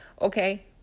okay